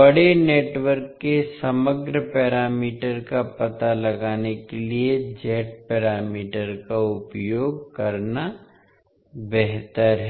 बड़े नेटवर्क के समग्र पैरामीटर का पता लगाने के लिए z पैरामीटर का उपयोग करना बेहतर है